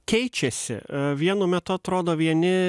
keičiasi vienu metu atrodo vieni